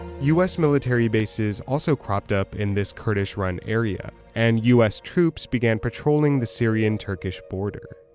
us military bases also cropped up in this kurdish-run area. and us troops began patrolling the syrian-turkish border